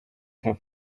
have